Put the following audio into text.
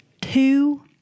Two